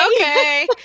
Okay